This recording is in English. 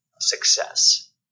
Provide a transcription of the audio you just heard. success